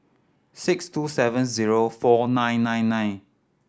six two seven zero four nine nine nine